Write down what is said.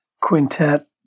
quintet